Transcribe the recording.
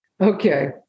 Okay